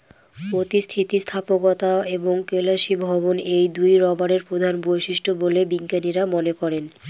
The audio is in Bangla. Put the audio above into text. অতি স্থিতিস্থাপকতা এবং কেলাসীভবন এই দুইই রবারের প্রধান বৈশিষ্ট্য বলে বিজ্ঞানীরা মনে করেন